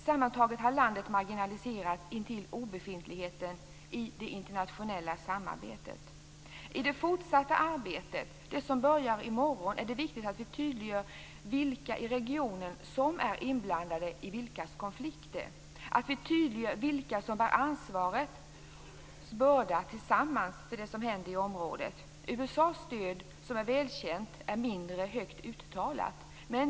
Sammantaget har landet marginaliserats intill obefintlighet i det internationella samarbetet. I det fortsatta arbetet - det som börjar i morgon - är det viktigt att vi tydliggör vilka i regionen som är inblandade i vilkas konflikter, att vi tydliggör vilka som bär ansvarets börda tillsammans för det som händer i området. USA:s stöd, som är välkänt, är mindre högt uttalat.